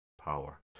power